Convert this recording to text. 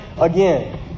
again